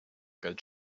geld